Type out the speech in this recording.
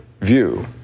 view